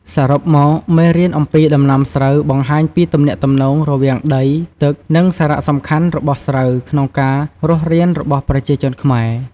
សរុបមក មេរៀនអំពីដំណាំស្រូវបង្ហាញពីទំនាក់ទំនងរវាងដី ទឹក និងសារៈសំខាន់របស់ស្រូវក្នុងការរស់រានរបស់ប្រជាជនខ្មែរ។